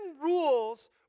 rules